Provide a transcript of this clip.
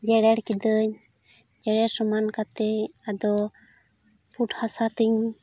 ᱡᱮᱨᱮᱲ ᱠᱤᱫᱟᱹᱧ ᱡᱮᱨᱮᱲ ᱥᱚᱢᱟᱱ ᱠᱟᱛᱮ ᱟᱫᱚ ᱯᱩᱸᱰ ᱦᱟᱥᱟ ᱛᱤᱧ